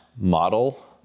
model